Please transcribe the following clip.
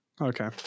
Okay